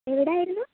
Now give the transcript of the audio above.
എവിടെയായിരുന്നു